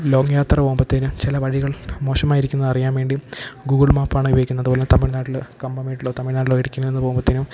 long യാത്ര പോകുമ്പോഴത്തേനും ചില വഴികൾ മോശമായിരിക്കുന്നതറിയാന് വേണ്ടി ഗൂഗിൾ മാപ്പാണ് ഉയോഗിക്കുന്നത് അതുപോലെ തമിഴ്നാട്ടില് കമ്പംമേടിലോ തമിഴ്നാട്ടിലോ ഇടുക്കിയില്നിന്ന് പോകുമ്പോഴത്തേനും